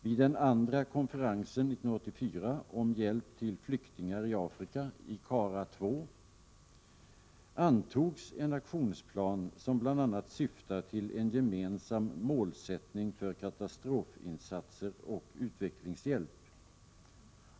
Vid den andra konferensen 1984 om hjälp till flyktingar i Afrika, ICARA II, antogs en aktionsplan som bl.a. syftar till en gemensam målsättning för katastrofinsatser och utveck lingshjälp.